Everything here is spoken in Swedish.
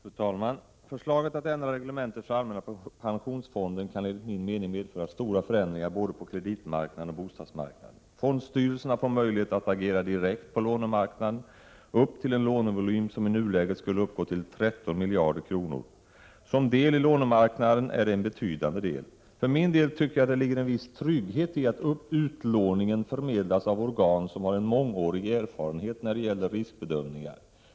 Fru talman! Förslaget att ändra reglementet för allmänna pensionsfonden kan enligt min mening medföra stora förändringar på både kreditmarknaden och bostadsmarknaden. Fondstyrelserna får möjlighet att agera direkt på lånemarknaden upp till en lånevolym som i nuläget skulle uppgå till 13 miljarder kronor. Som del i lånemarknaden är detta en betydande andel. För min del tycker jag att det ligger en viss trygghet i att utlåningen förmedlas av organ som har en mångårig erfarenhet när det gäller riskbedömningar.